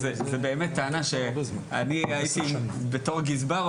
זוהי טענה שבתור גזבר,